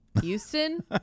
Houston